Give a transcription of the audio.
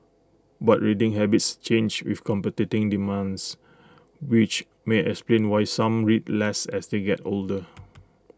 but reading habits change with competing demands which may explain why some read less as they get older